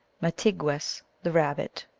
mahtigwess, the rabbit,